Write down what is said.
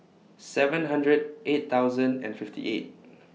seven hundred eight thousand and fifty eight